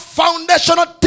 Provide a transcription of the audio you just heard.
foundational